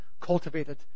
cultivated